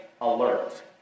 alert